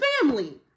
family